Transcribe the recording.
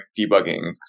debugging